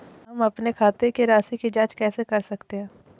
हम अपने खाते की राशि की जाँच कैसे कर सकते हैं?